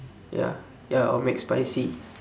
ya ya or mcspicy